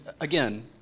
again